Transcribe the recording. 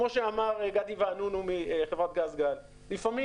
כמו שאמר גבי ואנונו מחברת גז-גל לפעמים